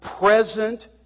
present